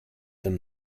them